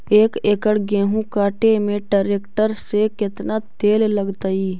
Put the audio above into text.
एक एकड़ गेहूं काटे में टरेकटर से केतना तेल लगतइ?